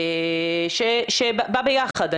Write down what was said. שבא ביחד.